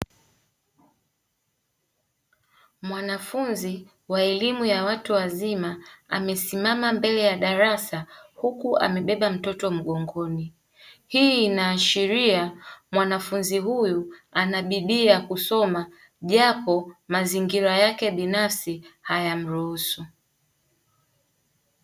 Mwanafunzi wa elimu ya watu wazima amesimama mbele ya darasa huku amebeba mtoto mgongoni, hii inaashiria mwanafunzi huyu ana bidii ya kusoma japo mazingira yake binafsi hayamruhusu.